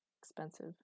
Expensive